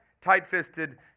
tight-fisted